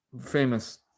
famous